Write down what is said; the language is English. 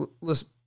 listen